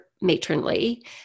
matronly